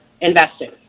investing